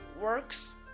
works